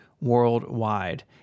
worldwide